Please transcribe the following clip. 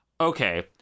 Okay